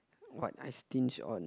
what I stinge on